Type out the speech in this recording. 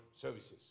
services